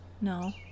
no